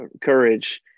courage